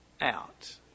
out